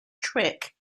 trick